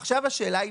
עכשיו השאלה היא